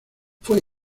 fue